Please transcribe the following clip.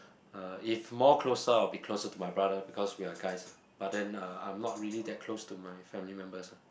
uh if more closer I'll be more closer to my brother because we're guys lah but then uh I'm not really that close to my family members lah